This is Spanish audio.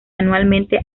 anualmente